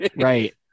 right